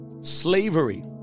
Slavery